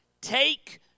take